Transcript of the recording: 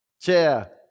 Chair